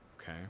Okay